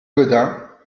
gaudin